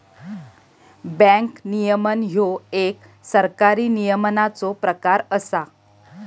bank नियमन ह्यो एक सरकारी नियमनाचो प्रकार असा